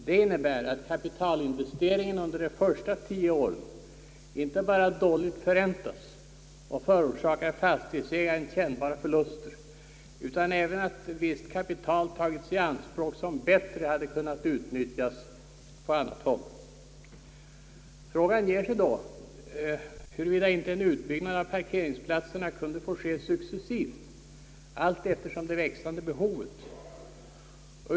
Detta innebär att kapitalinvesteringen under de första 10 åren inte blott dåligt förräntas och förorsakar fastighetsägaren kännbara förluster, utan även att visst kapital tagits i anspråk som bättre kunnat nyttiggöras på annat håll. Frågan ger sig då, huruvida icke en utbyggnad av parkeringsplatserna kunde få ske successivt alltefter det växande behovet.